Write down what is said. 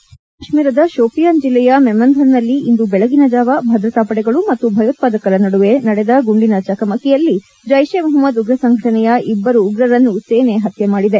ಜಮ್ನು ಮತ್ತು ಕಾಶ್ನೀರದ ಶೋಪಿಯಾನ್ ಜಿಲ್ಲೆಯ ಮೆಮಂಧರ್ ನಲ್ಲಿ ಇಂದು ಬೆಳಗಿನ ಜಾವ ಭದ್ರತಾ ಪಡೆಗಳು ಮತ್ತು ಭಯೋತ್ಪಾದಕರ ನಡುವೆ ಗುಂಡಿನ ಚಕಮಕಿ ನಡೆದಿದ್ಲು ಜೆಪ್ ಎ ಮೊಹಮ್ನದ್ ಉಗ್ರ ಸಂಘಟನೆಯ ಇಬ್ಬರು ಉಗ್ರರನ್ನು ಸೇನೆ ಹತ್ತೆ ಮಾಡಿದೆ